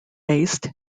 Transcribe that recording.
based